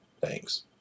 Thanks